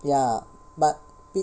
ya but